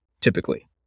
typically